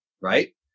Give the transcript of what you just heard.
Right